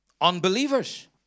unbelievers